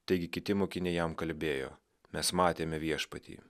taigi kiti mokiniai jam kalbėjo mes matėme viešpatį